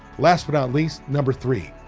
last but not least, number three,